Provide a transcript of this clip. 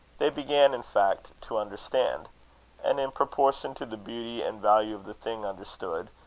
they began in fact to understand and, in proportion to the beauty and value of the thing understood,